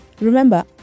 Remember